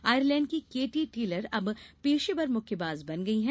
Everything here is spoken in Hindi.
आयरलैंड की केटी टेलर अब पेशेवर मुक्केबाज बन गई हैं